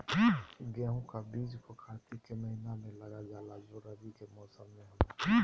गेहूं का बीज को कार्तिक के महीना में लगा जाला जो रवि के मौसम में होला